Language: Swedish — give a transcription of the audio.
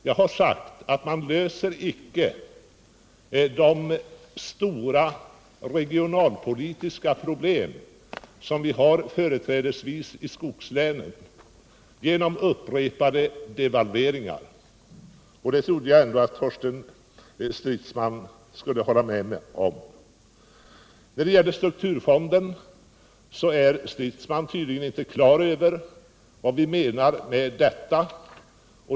Jag har sagt att man icke löser de stora regionalpolitiska problem som vi har företrädesvis i skogslänen genom upprepade devalveringar. Det trodde jag ändå att Torsten Stridsman skulle hålla med mig om. När det gäller strukturfonden är Torsten Stridsman tydligen inte klar över vad vi menar med denna.